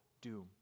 doom